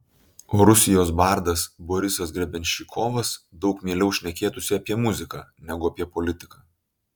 o rusijos bardas borisas grebenščikovas daug mieliau šnekėtųsi apie muziką negu apie politiką